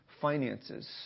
finances